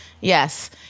Yes